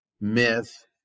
myth